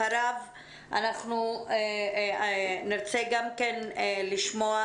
אחריו אנחנו נרצה לשמוע